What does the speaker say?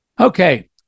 Okay